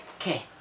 okay